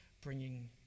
bringing